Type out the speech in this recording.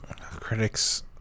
Critics